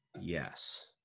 Yes